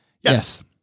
Yes